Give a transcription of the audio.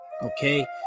Okay